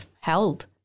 held